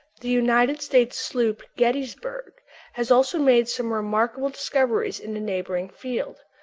the united states sloop gettysburg has also made some remarkable discoveries in a neighboring field.